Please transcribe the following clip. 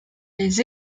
les